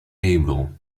able